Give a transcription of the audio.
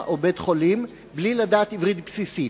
או בית-חולים בלי לדעת עברית בסיסית.